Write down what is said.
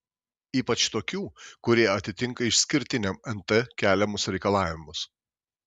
ypač tokių kurie atitinka išskirtiniam nt keliamus reikalavimus